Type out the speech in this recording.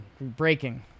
Breaking